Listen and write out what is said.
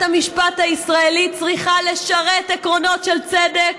המשפט הישראלית צריכה לשרת עקרונות של צדק,